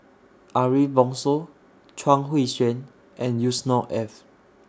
Ariff Bongso Chuang Hui Tsuan and Yusnor Ef